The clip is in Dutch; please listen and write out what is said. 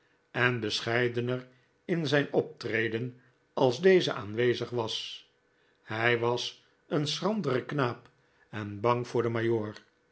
en bescheidener in zijn optreden als deze aanwezig was hij was een schrandere knaap en bang voor den